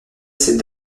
cette